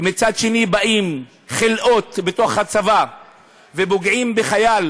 ומצד שני באים חלאות בתוך הצבא ופוגעים בחייל